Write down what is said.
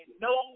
no